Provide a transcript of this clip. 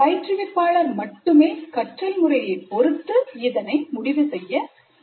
பயிற்றுவிப்பாளர் மட்டுமே கற்றல் முறையை பொருத்து இதனை முடிவு செய்ய வேண்டும்